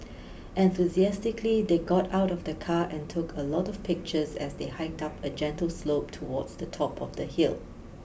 enthusiastically they got out of the car and took a lot of pictures as they hiked up a gentle slope towards the top of the hill